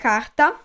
Carta